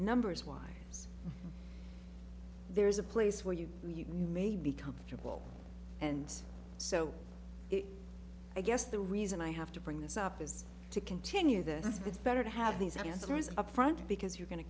numbers wise there is a place where you can you can you may be comfortable and so i guess the reason i have to bring this up is to continue this gets better to have these answers up front because you're going to